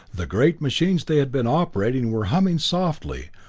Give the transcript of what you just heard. the great machines they had been operating were humming softly,